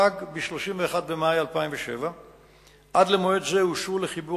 פג ב-31 במאי 2007. עד למועד זה אושרו לחיבור